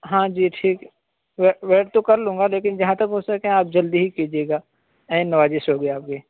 ہاں جی ٹھیک ویٹ تو کر لوں گا لیکن جہاں تک ہو سکے آپ جلدی ہی کیجیے گا عین نوازش ہوگی آپ کی